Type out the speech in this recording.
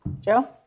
Joe